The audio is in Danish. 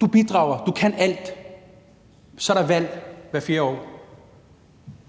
du bidrager, du kan alt. Så er der valg hvert fjerde år, og